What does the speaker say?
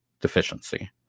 deficiency